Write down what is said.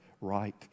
right